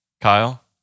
Kyle